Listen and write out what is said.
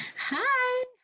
Hi